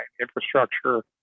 infrastructure